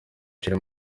kiri